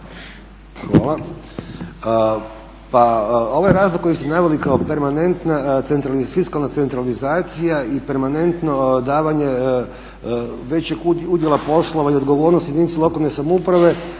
Hvala. Pa ovaj razlog koji ste naveli kao permanentna fiskalna centralizacija i permanentno davanje većeg udjela poslova i odgovornosti jedinici lokalne samouprave